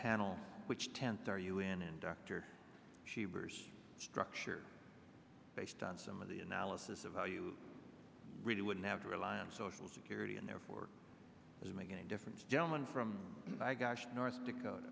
panel which tense are you in and dr she bears structure based on some of the analysis of how you really wouldn't have to rely on social security and therefore doesn't make any difference gentleman from north dakota